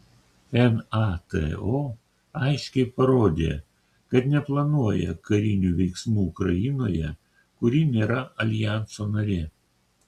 nato aiškiai parodė kad neplanuoja karinių veiksmų ukrainoje kuri nėra aljanso narė